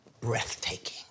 breathtaking